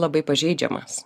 labai pažeidžiamas